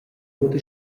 nuota